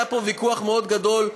היה פה ויכוח מאוד גדול,